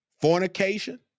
fornication